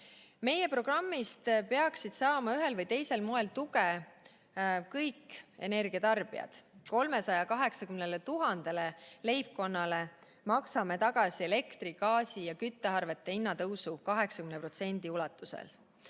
Meie programmist peaksid saama ühel või teisel moel tuge kõik energiatarbijad. 380 000-le leibkonnale maksame tagasi elektri- ja gaasi- ja küttearvete hinnatõusu 80% ulatuses.